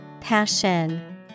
Passion